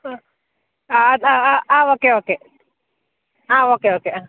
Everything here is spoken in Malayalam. ആ ആ ആ ആ ആ ഓക്കെ ഓക്കെ ആ ഓക്കെ ഓക്കെ ആ